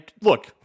Look